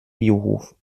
biohof